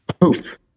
poof